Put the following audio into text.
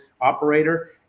operator